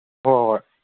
ꯍꯣꯏ ꯍꯣꯏ ꯍꯣꯏ